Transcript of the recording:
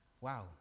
wow